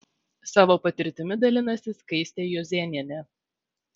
savo patirtimi dalinasi skaistė juozėnienė